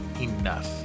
enough